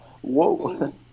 Whoa